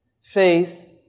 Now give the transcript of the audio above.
faith